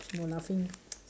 no laughing